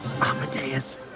Amadeus